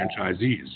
franchisees